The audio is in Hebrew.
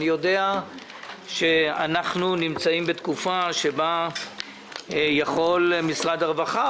אני יודע שאנחנו נמצאים בתקופה שבה יכול משרד הרווחה,